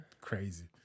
crazy